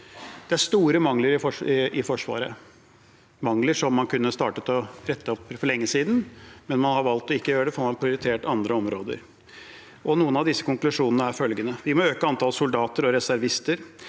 Det er store mangler i Forsvaret – mangler som man kunne startet å rette opp for lenge siden, men man har valgt ikke å gjøre det, for man har prioritert andre områder. Noen av konklusjonene blir: – Vi må øke antallet soldater og reservister.